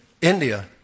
India